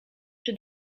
czy